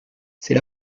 c’est